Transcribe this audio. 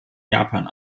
japan